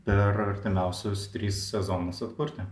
per artimiausius tris sezonus atkurti